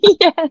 Yes